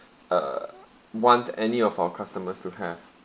uh want any of our customers to have